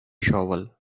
shovel